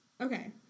Okay